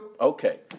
okay